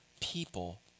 people